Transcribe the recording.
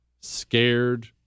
Scared